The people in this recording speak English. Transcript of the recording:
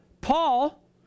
Paul